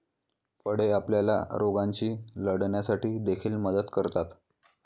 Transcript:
फळे आपल्याला रोगांशी लढण्यासाठी देखील मदत करतात